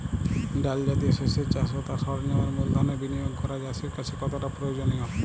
ডাল জাতীয় শস্যের চাষ ও তার সরঞ্জামের মূলধনের বিনিয়োগ করা চাষীর কাছে কতটা প্রয়োজনীয়?